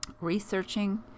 Researching